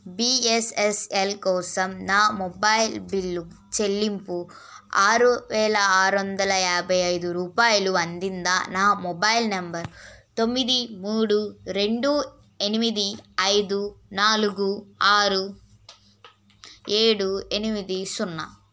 be S N L కోసం నా mobile bill చెల్లింపు ఆరు వేల ఆరు వందల యాభై ఐదు రూపాయలు అందిందా నా మొబైల్ నంబర్ తొమ్మిది మూడు రెండూ ఎనిమిది ఐదు నాలుగు ఆరు ఏడు ఎనిమిది సున్నా